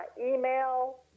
email